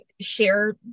share